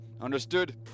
Understood